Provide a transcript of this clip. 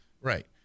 Right